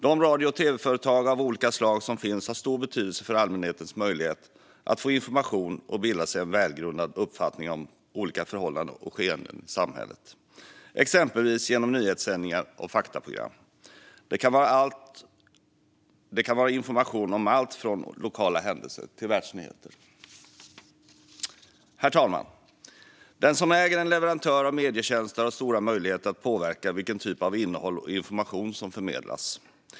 De radio och tv-företag av olika slag som finns har stor betydelse för allmänhetens möjlighet att få information och bilda sig en välgrundad uppfattning om olika förhållanden och skeenden i samhället, exempelvis genom nyhetssändningar och faktaprogram. Det kan vara information om allt från lokala händelser till världsnyheter. Herr talman! Den som äger en leverantör av medietjänster har stora möjligheter att påverka vilken typ av innehåll och information som förmedlas.